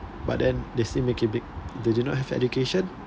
but then they still make it big they do not have education